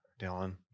Dylan